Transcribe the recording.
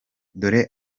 dore